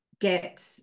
get